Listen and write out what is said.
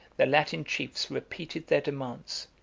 the latin chiefs repeated their demands,